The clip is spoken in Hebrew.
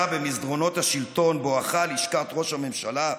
במסדרונות השלטון בואכה לשכת ראש הממשלה,